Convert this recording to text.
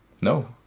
No